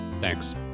Thanks